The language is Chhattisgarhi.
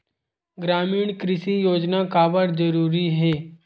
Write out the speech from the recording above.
ग्रामीण कृषि योजना काबर जरूरी हे?